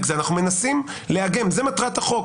אנחנו מנסים לאגם, זו מטרת החוק.